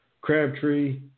Crabtree